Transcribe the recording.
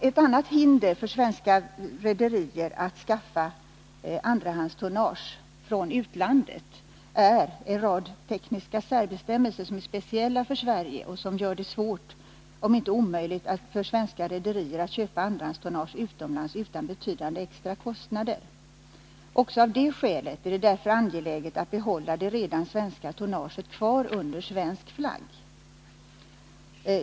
Ett annat hinder för svenska rederier att skaffa andrahandstonnage från utlandet är en rad tekniska särbestämmelser som är speciella för Sverige och som gör det svårt om inte omöjligt för svenska rederier att köpa andrahandstonnage utomlands utan betydande extra kostnader. Också av det skälet är det angeläget att behålla det redan svenska tonnaget kvar under svensk flagg.